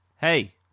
Hey